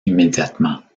immédiatement